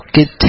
Get